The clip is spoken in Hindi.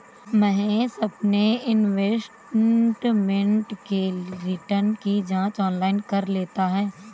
महेश अपने इन्वेस्टमेंट के लिए रिटर्न की जांच ऑनलाइन कर लेता है